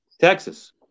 Texas